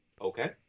Okay